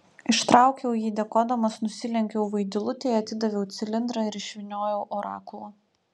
ištraukiau jį dėkodamas nusilenkiau vaidilutei atidaviau cilindrą ir išvyniojau orakulą